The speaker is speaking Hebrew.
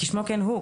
כשמו כן הוא,